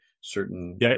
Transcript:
certain